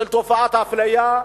תופעת האפליה,